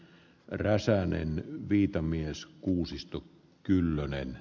räsänen viittaa myös kuusisto kyllä ne